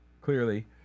clearly